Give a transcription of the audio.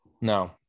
no